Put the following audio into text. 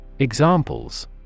Examples